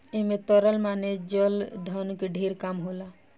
ऐमे तरल माने चल धन के ढेर काम होला